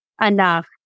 enough